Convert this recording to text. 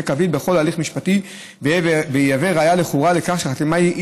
הוא יהיה קביל בכל הליך משפטי ויהווה ראיה לכאורה לכך שהחתימה היא